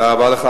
תודה רבה לך.